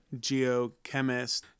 geochemist